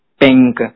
pink